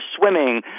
swimming